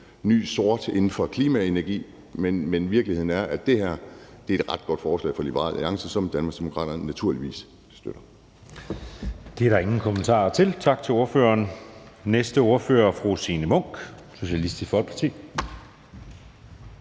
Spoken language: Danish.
nye sort inden for klimaenergi. Så virkeligheden er, at det her er et ret godt forslag fra Liberal Alliances side, som Danmarksdemokraterne naturligvis støtter. Kl. 13:39 Anden næstformand (Jeppe Søe): Det er der ingen kommentarer til. Tak til ordføreren. Den næste ordfører er fru Signe Munk, Socialistisk Folkeparti.